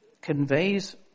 conveys